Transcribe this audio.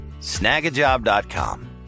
snagajob.com